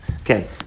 Okay